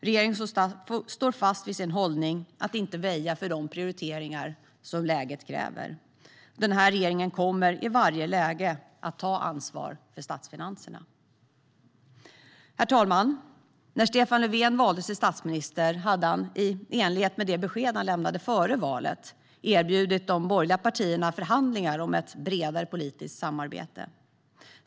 Regeringen står fast vid sin hållning att inte väja för de prioriteringar som läget kräver. Den här regeringen kommer i varje läge att ta ansvar för statsfinanserna. Herr talman! När Stefan Löfven valdes till statsminister hade han, i enlighet med det besked han lämnade före valet, erbjudit de borgerliga partierna förhandlingar om ett bredare politiskt samarbete.